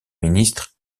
ministres